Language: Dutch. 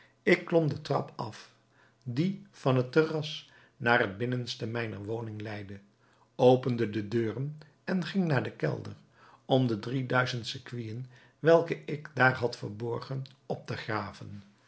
ik klom den trap af die van het terras naar het binnenste mijner woning leidde opende de deuren en ging naar den kelder om de drie duizend sequinen welke ik daar had verborgen op te graven